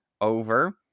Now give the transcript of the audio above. over